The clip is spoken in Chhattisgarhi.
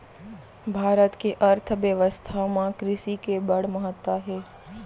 भारत के अर्थबेवस्था म कृसि के बड़ महत्ता हे